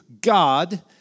God